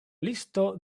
listo